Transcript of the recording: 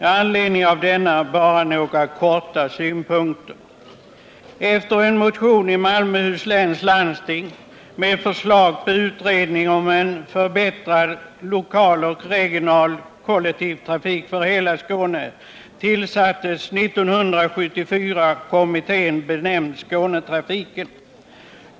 I anledning av denna reservation vill jag kortfattat framföra några synpunkter.